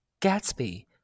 Gatsby